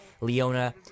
Leona